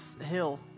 hill